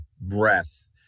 breath